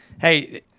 hey